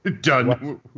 Done